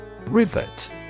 Rivet